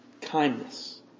kindness